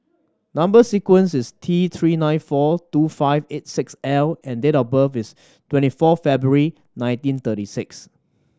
number sequence is T Three nine four two five eight six L and date of birth is twenty four February nineteen thirty six